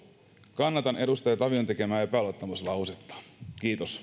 kannatan edustaja tavion tekemää epäluottamuslausetta kiitos